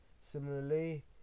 similarly